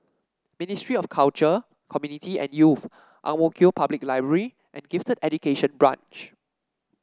Ministry of Culture Community and Youth Ang Mo Kio Public Library and Gifted Education Branch